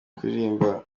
kuririmba